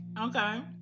Okay